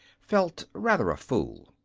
felt rather a fool.